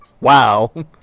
wow